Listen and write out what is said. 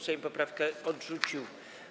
Sejm poprawkę odrzucił.